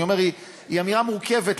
אני אומר: היא אמירה מורכבת.